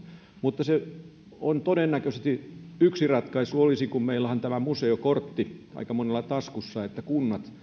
mutta todennäköisesti yksi ratkaisu olisi kun meillähän aika monella on tämä museokortti taskussa että kunnat